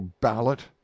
ballot